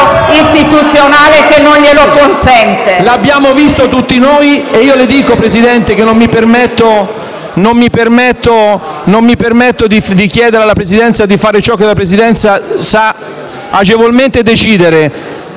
L'abbiamo visto tutti noi e io le dico, Presidente, che non mi permetto di chiedere alla Presidenza di fare ciò che essa stessa può agevolmente decidere.